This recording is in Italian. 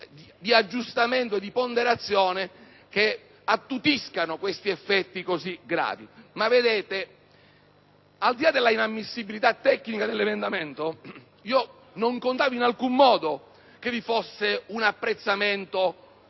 di aggiustamento e di ponderazione che attutiscano questi effetti così gravi. Al di là dell'inammissibilità tecnica dell'emendamento, non contavo in alcun modo sul fatto che vi fosse un apprezzamento